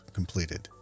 completed